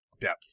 depth